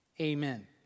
amen